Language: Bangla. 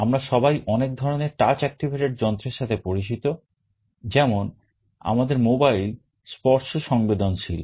আমরা সবাই অনেক ধরনের touch activated যন্ত্রের সাথে পরিচিত যেমন আমাদের মোবাইল স্পর্শ সংবেদনশীল